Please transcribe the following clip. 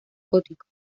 gótico